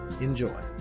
Enjoy